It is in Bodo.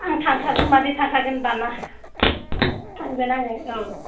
आं थांखागोन मादै थांखागोन दान्ना थांगोन आङो औ